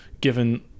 given